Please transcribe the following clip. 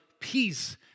peace